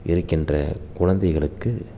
இருக்கின்ற குழந்தைகளுக்கு